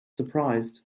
surprised